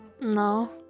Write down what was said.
No